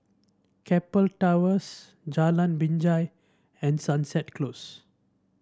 Keppel Towers Jalan Binjai and Sunset Close